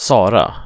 Sara